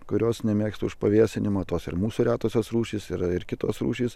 kurios nemėgsta užpavėsinimo tos ir mūsų retosios rūšys yra ir kitos rūšys